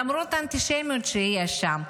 למרות האנטישמיות שיש שם,